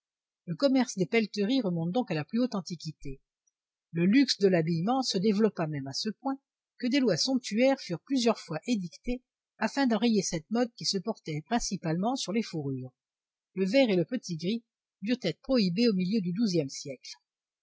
le commerce des pelleteries remonte donc à la plus haute antiquité le luxe de l'habillement se développa même à ce point que des lois somptuaires furent plusieurs fois édictées afin d'enrayer cette mode qui se portait principalement sur les fourrures le vair et le petit gris durent être prohibés au milieu du xiième siècle